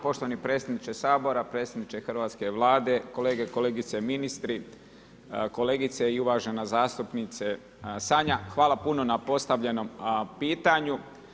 Poštovani predsjedniče Sabora, predsjedniče Hrvatske vlade, kolege i kolegice ministri, kolegice i uvažena zastupnice Sanja, hvala puno na postavljenom pitanju.